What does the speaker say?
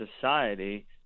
society